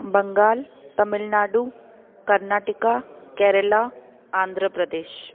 Bengal Tamil Nadu Karnataka Kerala Andhra Pradesh